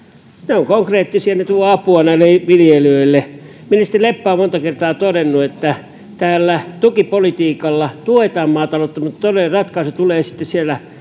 ovat konkreettisia ne tuovat apua näille viljelijöille ministeri leppä on monta kertaa todennut että tällä tukipolitiikalla tuetaan maataloutta mutta todellinen ratkaisu tulee sitten